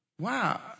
Wow